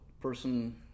person